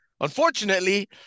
Unfortunately